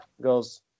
goes